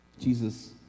Jesus